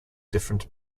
different